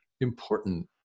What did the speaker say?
important